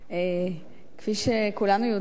כפי שכולנו יודעים,